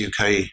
UK